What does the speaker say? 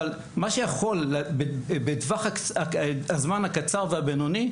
אבל מה שיכול בטווח הזמן הקצר והבינוני,